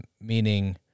Meaning